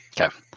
Okay